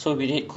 oh